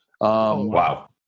wow